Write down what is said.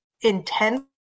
intense